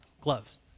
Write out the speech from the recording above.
Gloves